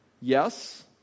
Yes